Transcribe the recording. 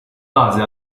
base